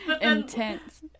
Intense